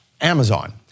Amazon